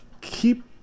keep